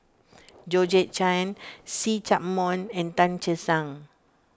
Georgette Chen See Chak Mun and Tan Che Sang